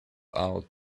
out